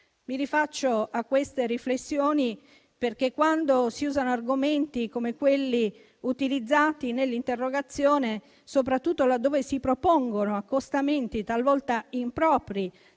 Mi rifaccio a queste riflessioni perché, quando si usano argomenti come quelli utilizzati nell'interrogazione, soprattutto laddove si propongono accostamenti talvolta impropri